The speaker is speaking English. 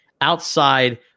outside